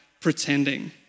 pretending